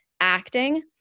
acting